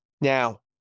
Now